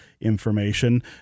information